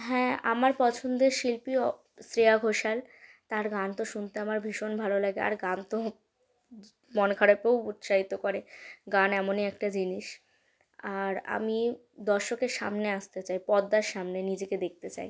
হ্যাঁ আমার পছন্দের শিল্পীও শ্রেয়া ঘোষাল তার গান তো শুনতে আমার ভীষণ ভালো লাগে আর গান তো মন খারাপেও উৎসাহিত করে গান এমনই একটা জিনিস আর আমি দশর্কের সামনে আসতে চাই পর্দার সামনে নিজেকে দেখতে চাই